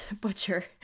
butcher